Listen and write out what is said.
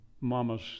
mamas